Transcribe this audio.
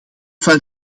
van